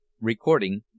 Recording